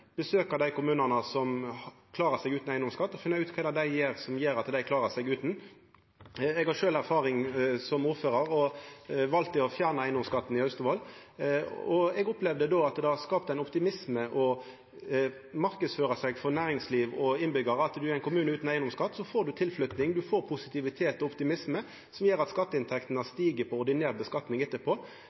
besøka dei kommunane som klarar seg utan eigedomsskatt, og finna ut kva det er dei gjer som gjer at dei klarar seg utan. Eg har sjølv erfaring som ordførar, og valde å fjerna eigedomsskatten i Austevoll. Eg opplevde då at det har skapt ein optimisme. Ved å marknadsføra for næringsliv og innbyggjarar at ein er ein kommune utan eigedomsskatt, får ein tilflytting, positivitet og optimisme, som gjer at skatteinntektene stig på ordinær skattlegging etterpå.